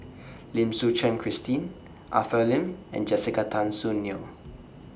Lim Suchen Christine Arthur Lim and Jessica Tan Soon Neo